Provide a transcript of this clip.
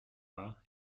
pas